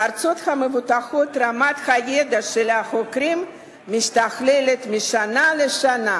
בארצות המפותחות רמת הידע של החוקרים משתכללת משנה לשנה,